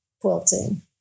quilting